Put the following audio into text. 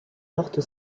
porte